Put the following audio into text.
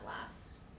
last